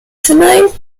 tonight